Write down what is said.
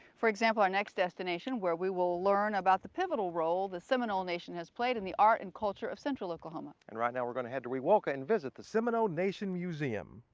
for example, our next destination where we will learn about the pivotal role the seminole nation has played in the art and culture of central oklahoma. and right now we're going to head to wewoka and visit the seminole nation museum.